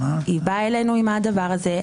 היא באה אלינו עם הדבר הזה.